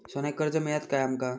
सोन्याक कर्ज मिळात काय आमका?